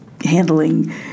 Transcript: handling